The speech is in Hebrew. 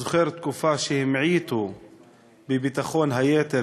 זוכר את התקופה שהמעיטו בביטחון היתר,